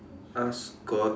ask god